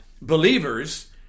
believers